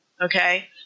Okay